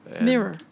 Mirror